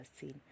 seen